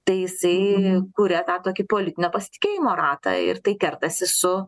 tai jisai kuria tą tokį politinio pasitikėjimo ratą ir tai kertasi su